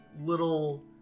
little